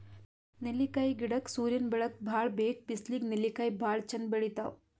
ನೆಲ್ಲಿಕಾಯಿ ಗಿಡಕ್ಕ್ ಸೂರ್ಯನ್ ಬೆಳಕ್ ಭಾಳ್ ಬೇಕ್ ಬಿಸ್ಲಿಗ್ ನೆಲ್ಲಿಕಾಯಿ ಭಾಳ್ ಚಂದ್ ಬೆಳಿತಾವ್